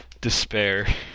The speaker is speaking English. despair